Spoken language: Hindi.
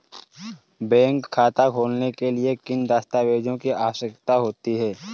बैंक खाता खोलने के लिए किन दस्तावेज़ों की आवश्यकता होती है?